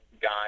guy